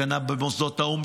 הגנה במוסדות האו"ם,